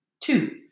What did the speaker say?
Two